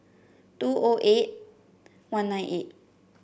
two O eight one nine eight